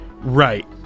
Right